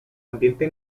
ambiente